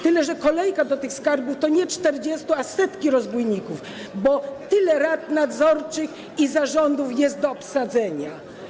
Tyle, że kolejka do skarbów to nie 40, a setki rozbójników, bo tyle pozycji w radach nadzorczych i zarządach jest do obsadzenia.